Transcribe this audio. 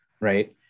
right